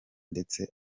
ndetse